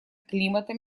климата